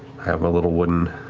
have a little wooden